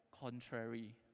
contrary